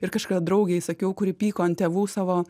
ir kažkada draugei sakiau kuri pyko ant tėvų savo